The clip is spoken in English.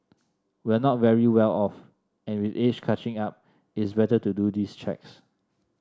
we're not very well off and with age catching up it's better to do these checks